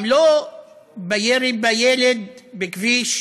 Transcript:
גם לא בירי בילד בכביש